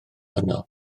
yno